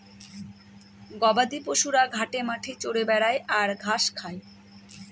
গবাদি পশুরা ঘাটে মাঠে চরে বেড়ায় আর ঘাস খায়